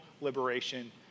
liberation